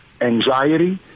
anxiety